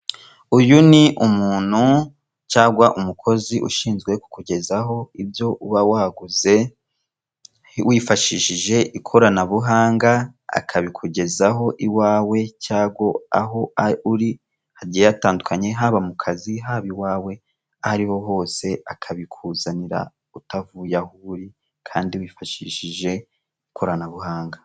Uyu ni umuntu cyangwa umukozi ushinzwe kukugezaho ibyo uba waguze, wifashishije ikoranabuhanga akabikugezaho iwawe cyago aho a uri hagiye hatandukanye haba mu kazi haba iwawe aho ari ho hose akabikuzanira utavuye aho uri kandi wifashishije ikoranabuhanga.